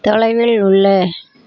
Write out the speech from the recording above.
தொலைவில் உள்ள